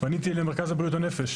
פניתי למרכז בריאות הנפש